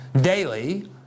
daily